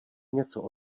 něco